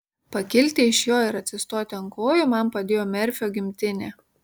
pakilti iš jo ir atsistoti ant kojų man padėjo merfio gimtinė